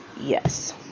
Yes